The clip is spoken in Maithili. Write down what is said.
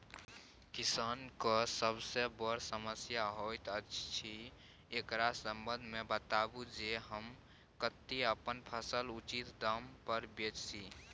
किसान के सबसे बर समस्या होयत अछि, एकरा संबंध मे बताबू जे हम कत्ते अपन फसल उचित दाम पर बेच सी?